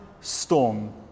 storm